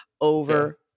over